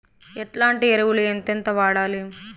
ఎట్లాంటి ఎరువులు ఎంతెంత వాడాలి?